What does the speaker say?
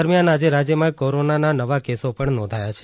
દરમ્યાન આજે રાજયમાં કોરોનાના નવા કેસો પણ નોધાયાં છે